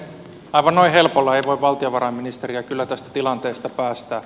aivan noin helpolla ei voi valtiovarainministeriä kyllä tästä tilanteesta päästää